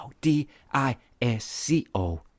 D-I-S-C-O